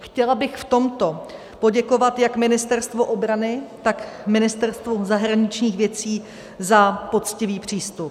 Chtěla bych v tomto poděkovat jak Ministerstvu obrany, tak Ministerstvu zahraničních věcí za poctivý přístup.